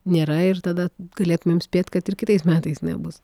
nėra ir tada galėtumėm spėt kad ir kitais metais nebus